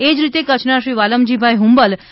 એજ રીતે કચ્છના શ્રી વાલમજી ભાઈ હંબલ જી